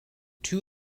two